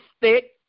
stick